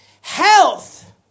Health